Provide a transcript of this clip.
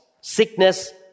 Sickness